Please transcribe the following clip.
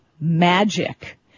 magic